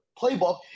playbook